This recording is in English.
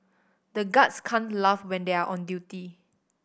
the guards can't laugh when they are on duty